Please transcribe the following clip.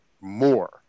more